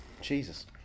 Jesus